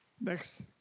Next